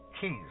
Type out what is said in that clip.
keys